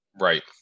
Right